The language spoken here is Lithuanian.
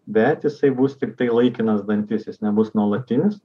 bet jisai bus tiktai laikinas dantis jis nebus nuolatinis